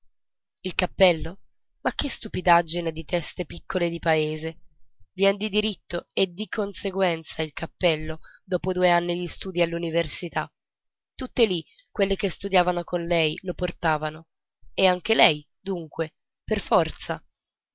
il cappello ma che stupidaggine di teste piccole di paese viene di diritto e di conseguenza il cappello dopo due anni di studi all'università tutte lì quelle che studiavano con lei lo portavano e anche lei dunque per forza